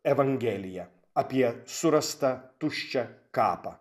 evangelija apie surastą tuščią kapą